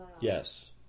Yes